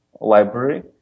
library